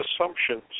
assumptions